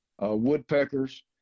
woodpeckers